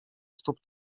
stóp